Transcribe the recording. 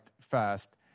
fast